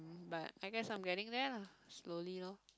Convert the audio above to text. um but I guess I'm getting there lah slowly lor